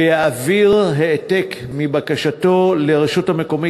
ויעביר העתק מבקשתו לרשות המקומית,